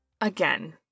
Again